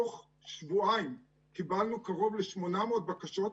תוך שבועיים קיבלנו קרוב ל-800 בקשות.